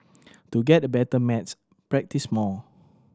to get better at maths practise more